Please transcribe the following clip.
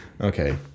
okay